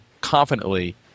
confidently